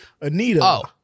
Anita